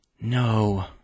No